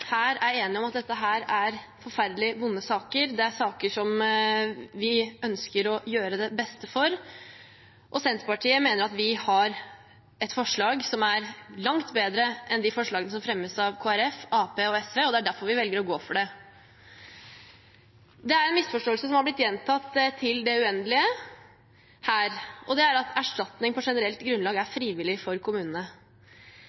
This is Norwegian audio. forferdelig vonde saker. Det er saker der vi ønsker å gjøre det beste, og Senterpartiet mener at vi har et forslag som er langt bedre enn de forslagene som fremmes av Kristelig Folkeparti, Arbeiderpartiet og SV, og det er derfor vi velger å gå for det. Det er en misforståelse som har blitt gjentatt til det uendelige her, og det er at erstatning på generelt grunnlag er frivillig for kommunene. Det er ikke frivillig for kommunene å bli ilagt erstatningsplikt etter det privatrettslige erstatningsansvaret, det er